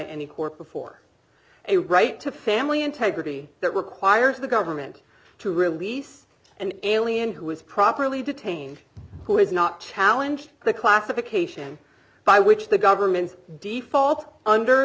any court before a right to family integrity that requires the government to release an alien who is properly detained who is not challenge the classification by which the government default under